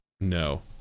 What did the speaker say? No